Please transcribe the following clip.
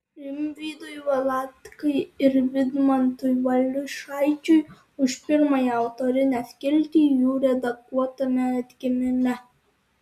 rimvydui valatkai ir vidmantui valiušaičiui už pirmąją autorinę skiltį jų redaguotame atgimime